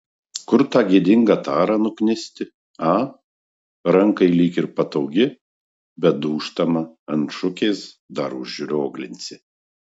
kur tą gėdingą tarą nuknisti a rankai lyg ir patogi bet dūžtama ant šukės dar užrioglinsi